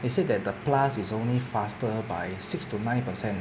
it said that the plus is only faster by six to nine percent